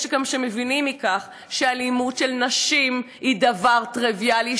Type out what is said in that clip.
יש גם שמבינים מכך שאלימות נגד נשים היא דבר טריוויאלי,